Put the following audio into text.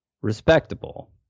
respectable